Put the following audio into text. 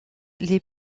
les